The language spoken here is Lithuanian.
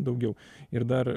daugiau ir dar